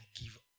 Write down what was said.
give